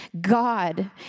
God